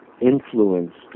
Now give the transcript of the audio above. influenced